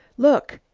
look!